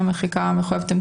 נכון, אני חושבת שזה חשוב.